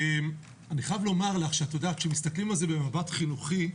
אני חייב לומר לך, כשמסתכלים על זה במבט חינוכי,